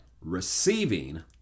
receiving